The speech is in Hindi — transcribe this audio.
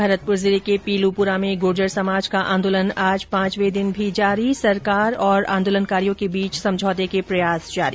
भरतपुर जिले के पीलूपुरा में गुर्जर समाज का आंदोलन आज पांचवे दिन भी जारी सरकार और आंदोलनकारियों के बीच समझौते के प्रयास जारी